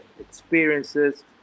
experiences